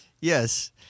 Yes